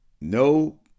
No